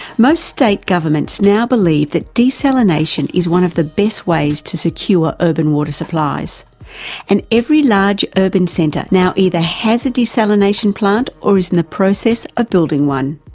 most state governments now believe that desalination is one of the best ways to secure urban water supplies and every large urban so now either has a desalination plant or is in the process of building one.